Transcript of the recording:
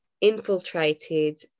infiltrated